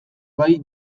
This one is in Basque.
bai